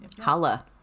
Holla